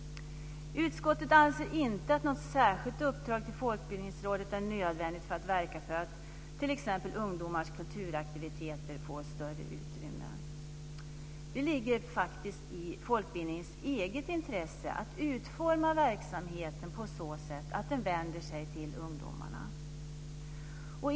Utskottet anser inte att något särskilt uppdrag till Folkbildningsrådet är nödvändigt för att verka för att t.ex. ungdomars kulturaktiviteter får större utrymme. Det ligger faktiskt i folkbildningens eget intresse att utforma verksamheten på så sätt att den vänder sig till ungdomar.